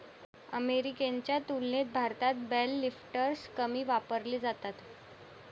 अमेरिकेच्या तुलनेत भारतात बेल लिफ्टर्स कमी वापरले जातात